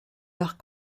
leurs